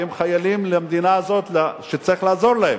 הם חיילים של המדינה הזאת, צריך לעזור להם.